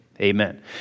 Amen